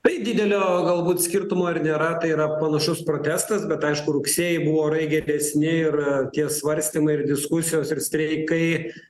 tai didelio galbūt skirtumo ir nėra tai yra panašus protestas bet aišku rugsėjį buvo orai geresni ir tie svarstymai ir diskusijos ir streikai